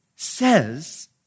says